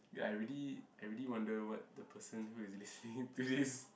ya I really I really wonder what the person who is listening to this